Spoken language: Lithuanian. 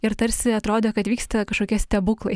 ir tarsi atrodo kad vyksta kažkokie stebuklai